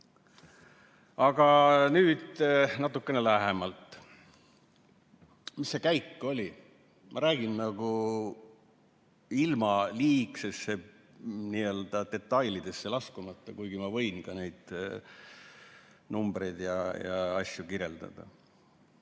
Aga nüüd natukene lähemalt, mis see käik oli? Ma räägin ilma liigselt detailidesse laskumata, kuigi ma võin ka neid numbreid ja asju kirjeldada.